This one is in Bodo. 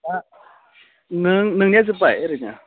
दा नोंनिया जोब्बाय ओरैनो